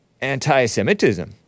anti-Semitism